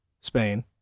Spain